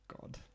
god